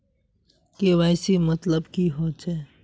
KYC मतलब की होचए?